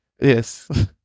Yes